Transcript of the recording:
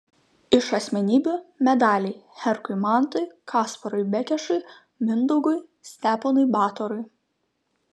iš asmenybių medaliai herkui mantui kasparui bekešui mindaugui steponui batorui